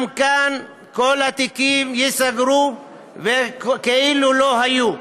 גם כאן כל התיקים ייסגרו כאילו לא היו,